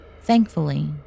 Thankfully